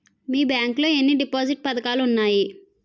మీ bank లో ఎన్ని deposit పథకాలు ఉన్నాయి?